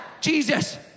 Jesus